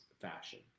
fashion